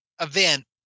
event